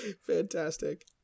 Fantastic